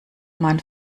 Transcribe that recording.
man